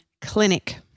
Clinic